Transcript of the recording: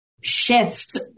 shift